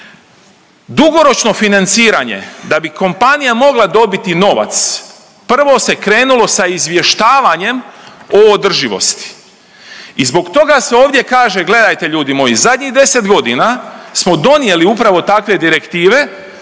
Dugoročno financiranje da bi kompanija mogla dobiti novac prvo se krenulo sa izvještavanjem o održivosti i zbog toga se ovdje kaže gledajte ljudi moji, zadnjih 10 godina smo donijeli upravo takve direktive